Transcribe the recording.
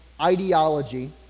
ideology